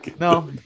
No